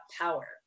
power